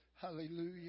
Hallelujah